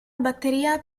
batteria